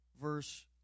verse